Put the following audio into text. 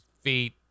feet